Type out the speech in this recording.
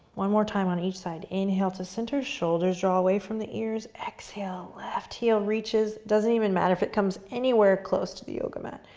one more time, on each side. inhale to center, shoulders draw away from the ears. exhale, left heel reaches, doesn't even matter if it comes anywhere close to the yoga mat.